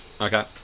okay